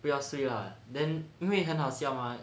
不要睡 lah then 因为很好笑 mah